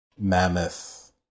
mammoth